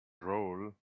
role